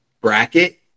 bracket